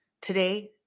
Today